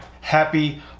Happy